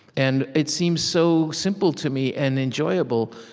and it seems so simple to me, and enjoyable,